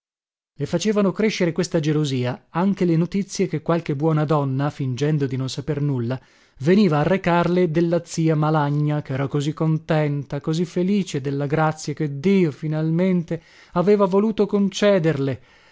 le facevano crescere questa gelosia anche le notizie che qualche buona donna fingendo di non saper nulla veniva a recarle della zia malagna chera così contenta così felice della grazia che dio finalmente aveva voluto concederle